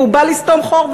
והוא בא לסתום חור.